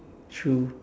true